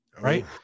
Right